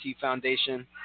Foundation